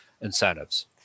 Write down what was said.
incentives